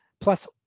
Plus